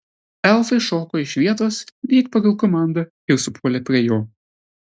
elfai šoko iš vietos lyg pagal komandą ir supuolė prie jo